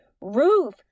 Roof